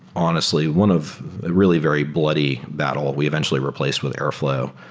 honestly, one of a really very bloody battle, we eventually replaced with airflow.